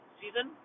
season